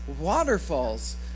waterfalls